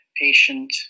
patient